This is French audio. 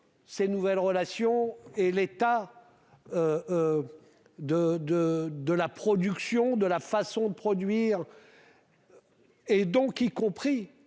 ses nouvelles relations et l'état. De de de la production de la façon de produire. Et donc, y compris